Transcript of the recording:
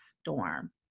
storm